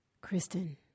Kristen